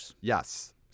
Yes